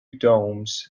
domes